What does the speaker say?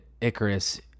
Icarus